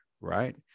right